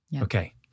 Okay